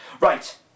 Right